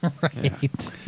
Right